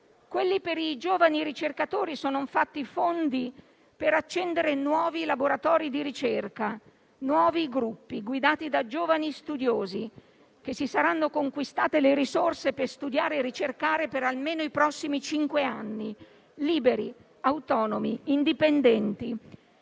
Quelli per i giovani ricercatori sono infatti fondi per accendere nuovi laboratori di ricerca, nuovi gruppi guidati da giovani studiosi, che si saranno conquistati le risorse per studiare e ricercare almeno per i prossimi cinque anni. Liberi, autonomi, indipendenti.